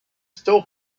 still